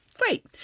Great